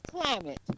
climate